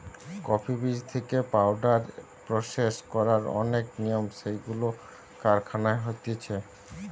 coffee বীজ থেকে powder process করার অনেক নিয়ম যেইগুলো কারখানায় হতিছে